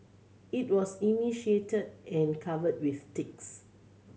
it was emaciated and covered with ticks